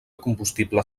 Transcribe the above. combustible